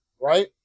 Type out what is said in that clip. Right